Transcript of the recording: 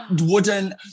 wooden